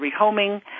rehoming